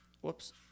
Whoops